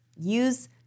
Use